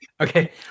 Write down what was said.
okay